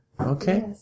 Okay